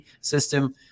system